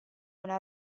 una